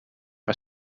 een